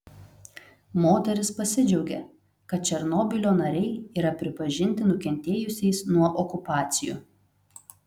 moteris pasidžiaugė kad černobylio nariai yra pripažinti nukentėjusiais nuo okupacijų